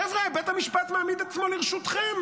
חבר'ה, בית המשפט מעמיד את עצמו לרשותכם.